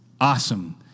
Awesome